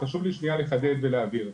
אז חשוב לי שנייה לחדד ולהבהיר,